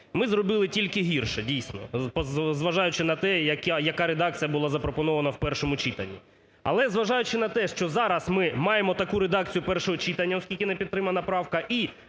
ми зробили тільки гірше, дійсно, зважаючи на те, яка редакція була запропонована в першому читанні. Але, зважаючи на те, що зараз ми маємо таку редакцію першого читання, оскільки не підтримана правка,